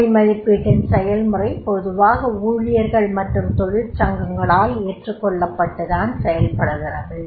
வேலை மதிப்பீட்டின் செயல்முறை பொதுவாக ஊழியர்கள் மற்றும் தொழிற்சங்கங்களால் ஏற்றுக்கொள்ளப்பட்டு தான் செயல்படுகிறது